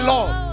Lord